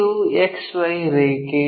ಇದು XY ರೇಖೆ